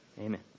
amen